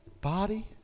body